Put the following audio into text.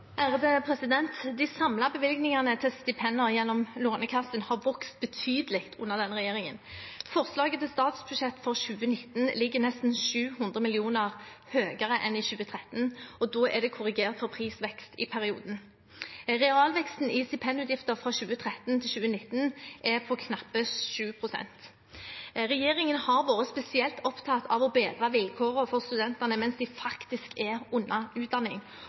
De samlede bevilgningene til stipender gjennom Lånekassen har vokst betydelig under denne regjeringen. Forslaget til statsbudsjett for 2019 ligger nesten 700 mill. kr høyere enn i 2013, og da er det korrigert for prisvekst i perioden. Realveksten i stipendutgifter fra 2013 til 2019 er på knappe 7 pst. Regjeringen har vært spesielt opptatt av å bedre vilkårene for studentene mens de faktisk er under utdanning.